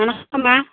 வணக்கம்மா